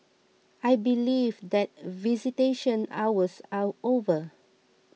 I believe that visitation hours are over